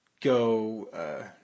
go